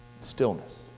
stillness